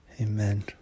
Amen